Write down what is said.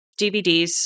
DVDs